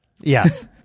Yes